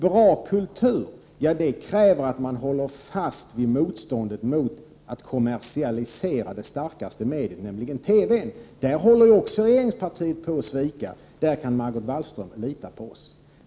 Bra kultur kräver att man håller fast vid motståndet mot att kommersialisera det starkaste mediet, nämligen TV. Också där håller regeringspartiet på att svika, men där kan Margot Wallström lita på oss.